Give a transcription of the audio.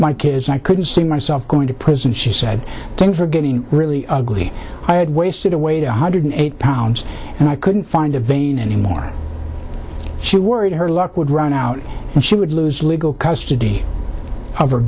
my kids and i couldn't see myself going to prison she said things were getting really ugly i had wasted away to one hundred eight pounds and i couldn't find a vein anymore she worried her luck would run out and she would lose legal custody of her